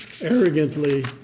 arrogantly